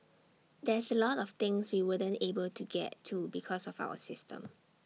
there's A lot of things we wouldn't able to get to because of our system